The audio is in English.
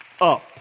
up